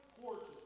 porches